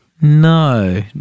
No